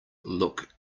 look